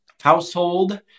household